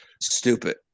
stupid